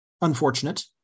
unfortunate